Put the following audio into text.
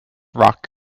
rock